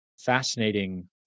fascinating